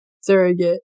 surrogate